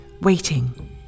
waiting